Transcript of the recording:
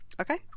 Okay